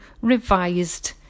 revised